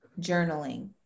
journaling